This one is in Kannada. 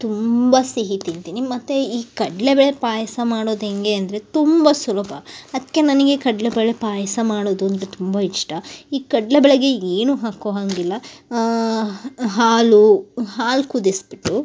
ತುಂಬ ಸಿಹಿ ತಿಂತೀನಿ ಮತ್ತು ಈ ಕಡ್ಲೆಬೇಳೆ ಪಾಯಸ ಮಾಡೋದು ಹೇಗೆ ಅಂದರೆ ತುಂಬ ಸುಲಭ ಅದಕ್ಕೆ ನನಗೆ ಕಡ್ಲೆಬೇಳೆ ಪಾಯಸ ಮಾಡೋದು ಅಂದರೆ ತುಂಬ ಇಷ್ಟ ಈ ಕಡ್ಲೆಬೇಳೆಗೆ ಏನು ಹಾಕೊ ಹಾಗಿಲ್ಲ ಹಾಲು ಹಾಲು ಕುದಿಸಿಬಿಟ್ಟು